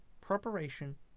preparation